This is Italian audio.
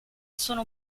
sono